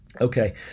Okay